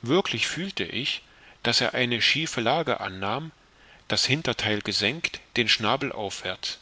wirklich fühlte ich daß er eine schiefe lage annahm das hintertheil gesenkt den schnabel aufwärts